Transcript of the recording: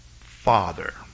Father